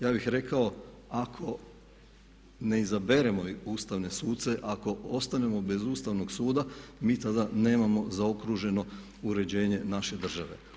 Ja bih rekao ako ne izaberemo Ustavne suce, ako ostanemo bez Ustavnog suda, mi tada nemamo zaokruženo uređenje naše države.